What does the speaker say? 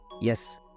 yes